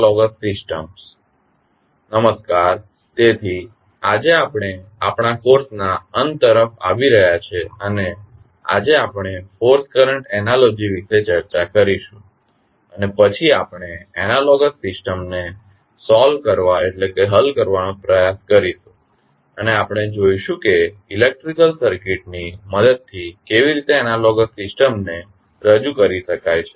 નમસ્કાર તેથી આજે આપણે આપણા કોર્સ ના અંત તરફ આવી રહ્યા છીએ અને આજે આપણે ફોર્સ કરંટ એનાલોજી વિશે ચર્ચા કરીશું અને પછી આપણે એનાલોગસ સિસ્ટમ ને હલ કરવાનો પ્રયાસ કરીશું અને આપણે જોઈશું કે ઇલેક્ટ્રિકલ સર્કિટ ની મદદથી કેવી રીતે એનાલોગસ સિસ્ટમને રજુ કરી શકાય છે